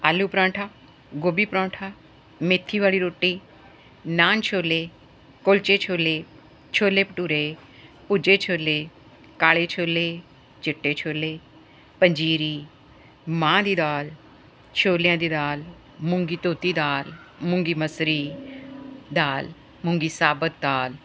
ਆਲੂ ਪਰਾਂਠਾ ਗੋਭੀ ਪਰੌਂਠਾ ਮੇਥੀ ਵਾਲੀ ਰੋਟੀ ਨਾਨ ਛੋਲੇ ਕੁਲਚੇ ਛੋਲੇ ਛੋਲੇ ਭਟੂਰੇ ਭੁੱਜੇ ਛੋਲੇ ਕਾਲੇ ਛੋਲੇ ਚਿੱਟੇ ਛੋਲੇ ਪੰਜੀਰੀ ਮਾਂਹ ਦੀ ਦਾਲ ਛੋਲਿਆਂ ਦੀ ਦਾਲ ਮੁੰਗੀ ਧੋਤੀ ਦਾਲ ਮੁੰਗੀ ਮਸਰੀ ਦਾਲ ਮੁੰਗੀ ਸਾਬਤ ਦਾਲ